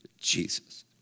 jesus